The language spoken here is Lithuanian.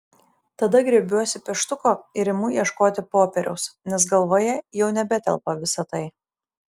tada griebiuosi pieštuko ir imu ieškoti popieriaus nes galvoje jau nebetelpa visa tai